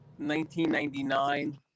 1999